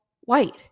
white